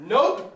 Nope